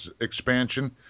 expansion